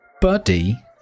buddy